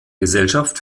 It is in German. gesellschaft